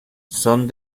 son